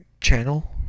channel